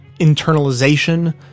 internalization